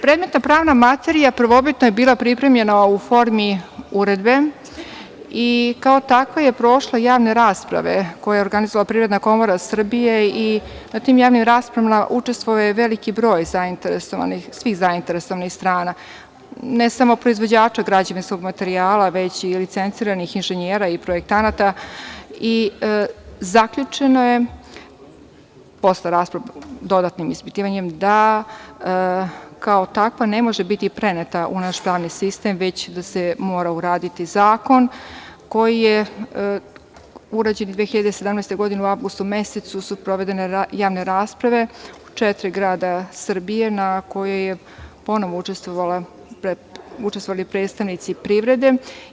Predmetno pravna materija prvobitno je bila pripremljena u formi uredbe i kao takva je prošla javne rasprave, koje je organizovala Privredna komora Srbije i na tim javnim raspravama učestvuje veliki broj svih zainteresovanih strana, ne samo proizvođača građevinskog materijala već i licenciranih inženjera i projektanata i zaključeno je, dodatnim ispitivanjem, da kao takva ne može biti preneta u našim pravni sistem već da se mora uraditi zakon koji je urađen 2017. godine u avgustu mesecu su sprovedene javne rasprave u četiri grada Srbije na kojima su ponovo učestvovali predstavnici privrede.